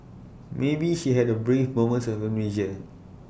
maybe she had A brief moment of amnesia